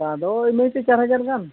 ᱟᱫᱚ ᱞᱟᱹᱭ ᱯᱮ ᱪᱟᱨ ᱦᱟᱡᱟᱨ ᱜᱟᱱ